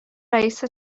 رئیس